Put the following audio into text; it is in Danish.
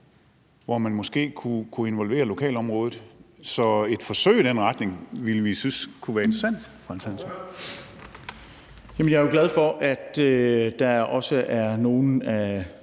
hvor man måske kunne involvere lokalområdet. Så et forsøg i den retning ville vi synes kunne være interessant.